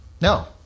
No